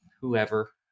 whoever